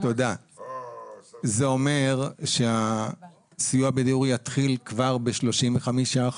זה אומר שהסיוע בדיור יתחיל כבר ב-35%.